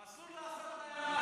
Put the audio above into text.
אסור לעשות להן משהו.